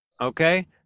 okay